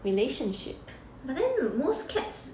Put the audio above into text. but then most cats